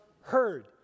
heard